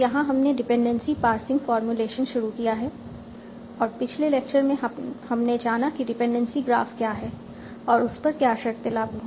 यहां हमने dependency parsing formulation शुरू किया है और पिछले लेक्चर में हमने जाना कि डिपेंडेंसी ग्राफ क्या है और उस पर क्या शर्ते लागू है